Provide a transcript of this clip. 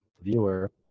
viewer